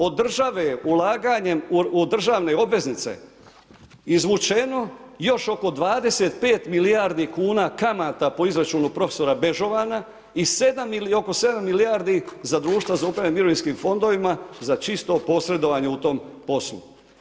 Od države je ulaganjem u državne obveznice izvučeno još oko 25 milijardi kuna kamata po izračunu prof. BEžovana i oko 7 milijardi za društva za upravljanje mirovinskim fondovima za čisto posredovanje u tom poslu.